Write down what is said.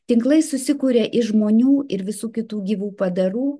tinklai susikuria iš žmonių ir visų kitų gyvų padarų